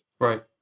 right